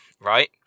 right